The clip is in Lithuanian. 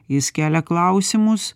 jis kelia klausimus